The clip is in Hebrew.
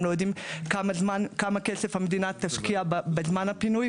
הם לא יודעים כמה כסף המדינה תשקיע בזמן הפינוי.